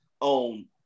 on –